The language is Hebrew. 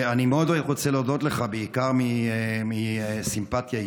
אני מאוד רוצה להודות לך, בעיקר מסימפטיה אישית,